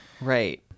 right